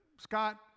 Scott